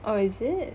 oh is it